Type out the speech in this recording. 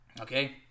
Okay